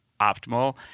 optimal